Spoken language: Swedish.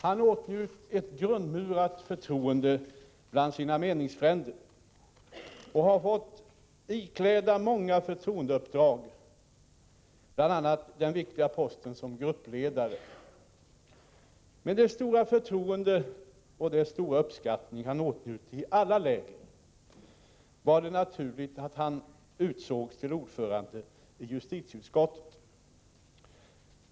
Han åtnjöt ett grundmurat förtroende bland sina meningsfränder och har fått bekläda många förtroendeposter, bl.a. den viktiga posten som gruppledare. Med det stora förtroende och den stora uppskattning han åtnjöt i alla läger var det naturligt att han utsågs till ordförande i justitieutskottet.